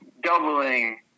doubling